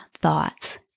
thoughts